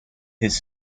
his